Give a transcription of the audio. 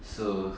so